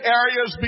areas